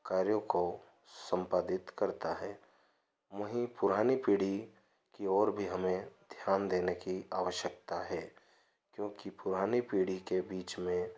कार्यों को संपादिक करता है वहीं पुरानी पीढ़ी की ओर भी हमें ध्यान देने की आवश्यकता है क्योंकि पुरानी पीढ़ी के बीच में